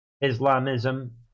Islamism